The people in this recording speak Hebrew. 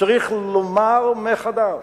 וצריך לומר מחדש,